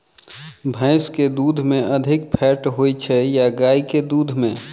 भैंस केँ दुध मे अधिक फैट होइ छैय या गाय केँ दुध में?